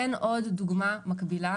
אין עוד דוגמה מקבילה